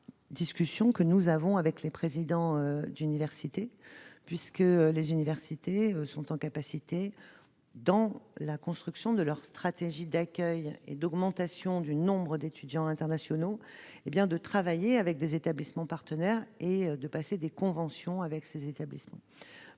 discussions que nous avons avec les présidents d'université, ces derniers ayant la capacité, dans la construction de leur stratégie d'accueil et d'augmentation du nombre d'étudiants internationaux, de travailler avec des établissements partenaires et de passer des conventions avec ces derniers.